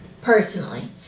personally